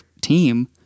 team